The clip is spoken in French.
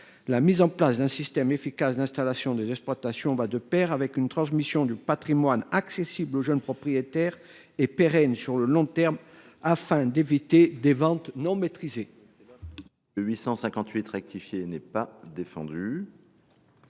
La mise en place d’un système efficace d’installation des exploitants va de pair avec une transmission du patrimoine accessible aux jeunes propriétaires et pérenne sur le long terme, afin d’éviter des ventes non maîtrisées. L’amendement n° I 858 rectifié n’est pas soutenu.